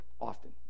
often